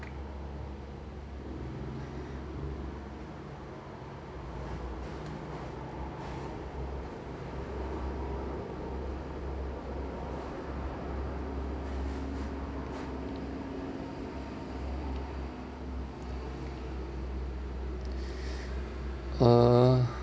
uh